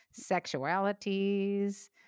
sexualities